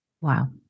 Wow